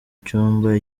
cyumba